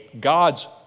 God's